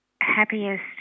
happiest